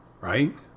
Right